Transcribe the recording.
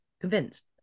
Convinced